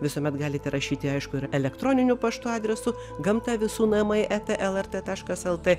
visuomet galite rašyti aišku ir elektroniniu paštu adresu gamta visų namai eta lrt taškas lt